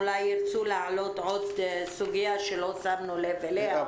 אולי הם ירצו להעלות עוד סוגיה שלא שמנו לב אליה.